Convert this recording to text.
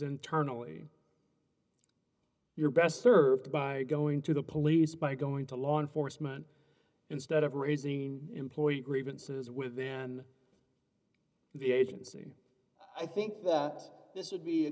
internally you're best served by going to the police by going to law enforcement instead of raising employee grievances within the agency i think that this would be a